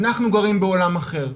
אנחנו גרים בעולם אחר.